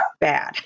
bad